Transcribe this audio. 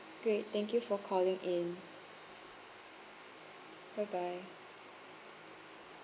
great thank you for calling in bye bye